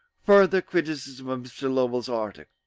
further criticism of mr. lowell's article.